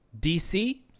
DC